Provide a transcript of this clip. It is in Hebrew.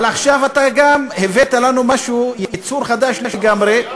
אבל עכשיו אתה גם הבאת לנו משהו, יצור חדש לגמרי.